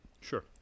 Sure